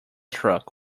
truck